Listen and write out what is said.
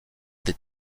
des